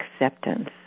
acceptance